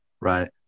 Right